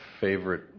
favorite